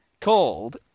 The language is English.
called